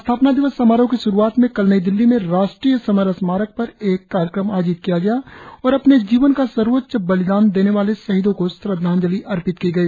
स्थापना दिवस समारोह की श्रूआत में कल नई दिल्ली में राष्ट्रीय समर स्मारक पर एक कार्यक्रम आयोजित किया गया और अपने जीवन का सर्वोच्च बलिदान देने वाले शहीदों को श्रद्वांजलि अर्पित की गई